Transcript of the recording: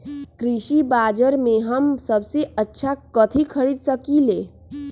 कृषि बाजर में हम सबसे अच्छा कथि खरीद सकींले?